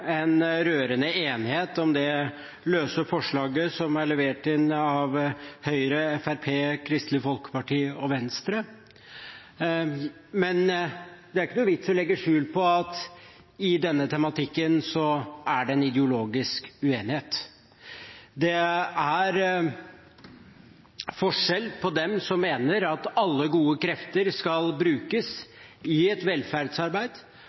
en rørende enighet om det løse forslaget som er levert inn av Høyre, Fremskrittspartiet, Kristelig Folkeparti og Venstre, men det er ingen vits i å legge skjul på at det i denne tematikken er en ideologisk uenighet. Det er forskjell på dem som mener at alle gode krefter skal brukes i et velferdsarbeid,